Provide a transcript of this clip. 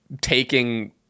taking